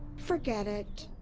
forget it!